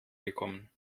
gekommen